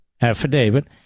affidavit